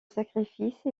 sacrifice